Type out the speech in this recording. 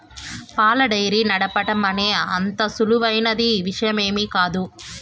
పాల డెయిరీ నడపటం అనేది అంత సులువైన విషయమేమీ కాదు